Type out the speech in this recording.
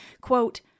quote